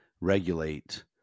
regulate